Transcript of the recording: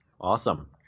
awesome